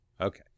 Okay